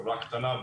כחברה קטנה,